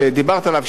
שדיברת עליו,